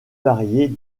variés